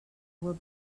will